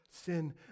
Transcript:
sin